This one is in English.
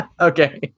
Okay